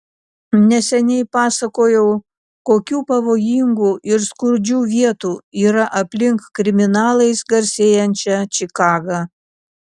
neseniai pasakojau kokių pavojingų ir skurdžių vietų yra aplink kriminalais garsėjančią čikagą